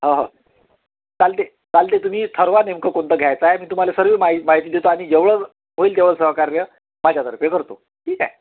हां हो चालते चालते तुम्ही ठरवा नेमकं कोणतं घ्यायच आहे मी तुम्हाला सर्व माहि माहिती देतो आणि जेवढं होईल तेवढं सहकार्य माझ्यातर्फे करतो ठीक आहे